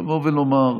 לבוא ולומר: